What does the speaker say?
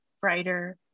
brighter